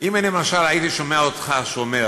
אם אני, למשל, הייתי שומע אותך אומר,